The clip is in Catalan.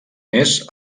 més